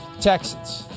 Texans